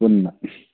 ꯄꯨꯟꯅ